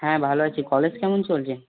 হ্যাঁ ভালো আছি কলেজ কেমন চলছে